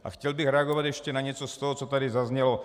A chtěl bych reagovat ještě na něco z toho, co tady zaznělo.